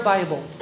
Bible